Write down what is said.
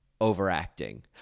overacting